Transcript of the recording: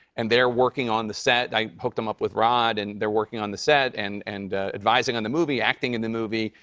and they're working on the set. i hooked them up with rod. and they're working on the set and and advising on the movie, acting in the movie.